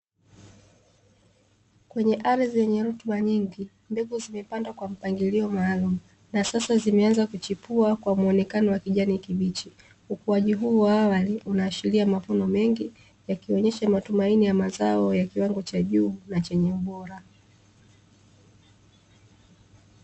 Kwenye ardhi yenye rutuba nyingi mbegu zimepandwa kwa mpangilio maalumu, na sasa zimeanza kuchipua kwa muonekano wa kijani kibichi. Ukuaji huu wa awali unaashiria mavuno mengi, yakionyesha matumaini ya mazao ya kiwango cha juu na chenye ubora.